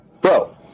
Bro